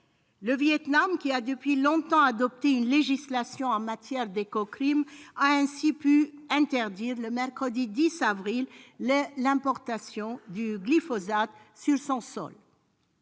Le Vietnam, qui a depuis longtemps adopté une législation en matière d'écocrime, a ainsi pu interdire, le mercredi 10 avril dernier, l'importation du glyphosate sur son sol.